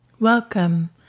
Welcome